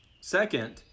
second